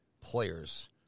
players